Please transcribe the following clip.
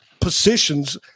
positions